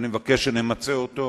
ואני מבקש שנמצה אותו,